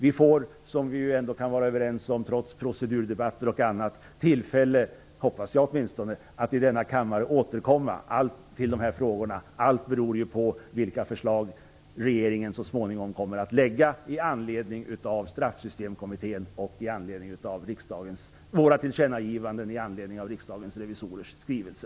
Vi får, det kan vi väl vara överens om trots procedurdebatter och annat, förhoppningsvis tillfälle att här i kammaren återkomma till de här frågorna. Allt beror på vilka förslag regeringen så småningom kommer att lägga fram med anledning av Straffsystemkommitténs arbete och våra tillkännagivanden med anledning av Riksdagens revisorers skrivelse.